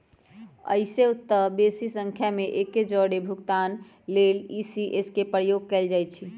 अइसेए तऽ बेशी संख्या में एके जौरे भुगतान लेल इ.सी.एस के प्रयोग कएल जाइ छइ